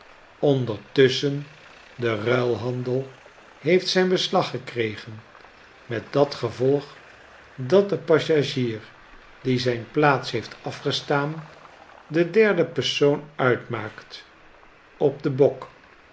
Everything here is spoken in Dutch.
ondertusschen de ruilhandel heeft zijn beslag gekregen met dat gevolg dat de passagier die zijn plaats heeft afgestaan den derden persoon uitmaakt op den bok